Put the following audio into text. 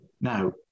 Now